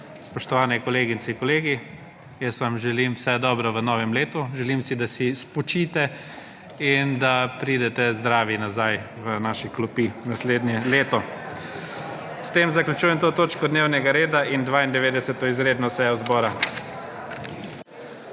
Spoštovane kolegice in kolegi jaz vam želim vse dobro v novem letu. Želim si, da se spočijete in da pridete zdravi nazaj v naše klopi naslednje leto. S tem zaključujem to točko dnevnega reda in 92. izredno sejo zbora.